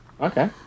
Okay